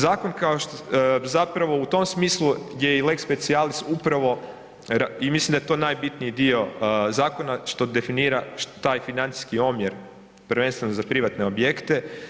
Zakon kao što, zapravo u tom smislu gdje je i lex specialis upravo i mislim da je to najbitniji dio zakona, što definira taj financijski omjer, prvenstveno za privatne objekte.